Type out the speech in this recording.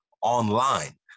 online